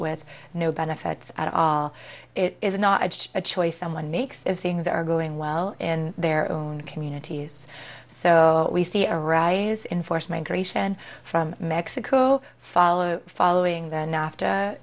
with no benefits at all it is not a choice someone makes if things are going well in their own communities so we see a rise in forced migration from mexico followed following the